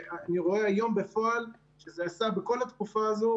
ואני רואה היום בפועל שזה עשה בכל התקופה הזו,